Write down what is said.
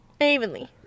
evenly